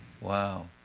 Wow